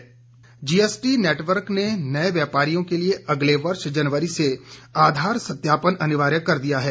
GST GST network ने नए व्यापारियों के लिए अगले वर्ष जनवरी से आधार सत्यापन अनिवार्य कर दिया है